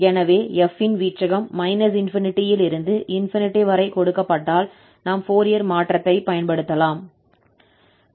எனவே f ன் வீச்சகம் ∞ இலிருந்து ∞ வரை கொடுக்கப்பட்டால் நாம் ஃபோரியர் மாற்றத்தைப் பயன்படுத்தலாம்